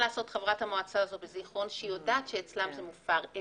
לעשות חברת המועצה בזיכרון שיודעת שאצלם זה מופר?